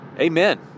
Amen